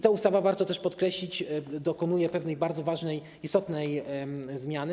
Ta ustawa - warto to też podkreślić - dokonuje pewnej bardzo ważnej, istotnej zmiany.